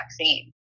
vaccine